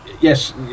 yes